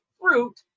fruit